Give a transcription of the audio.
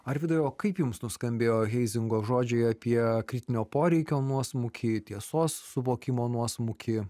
arvydai o kaip jums nuskambėjo heizingo žodžiai apie kritinio poreikio nuosmukį tiesos suvokimo nuosmukį